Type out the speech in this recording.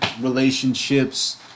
relationships